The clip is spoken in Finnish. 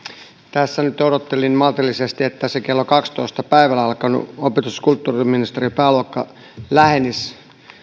tässä nyt odottelin maltillisesti että se kello kahdellatoista päivällä alkanut opetus ja kulttuuriministeriön pääluokka lähenisi